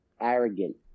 arrogant